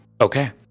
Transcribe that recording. Okay